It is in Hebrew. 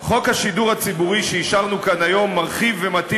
חוק השידור הציבורי שאישרנו כאן היום מרחיב ומתאים